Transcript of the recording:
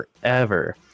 forever